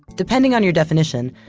depending on your definition,